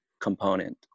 component